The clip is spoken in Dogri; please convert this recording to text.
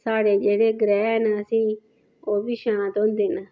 साढ़े जेह्डे़ ग्रैह् न ओह् बी शांत होंदे न